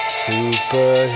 super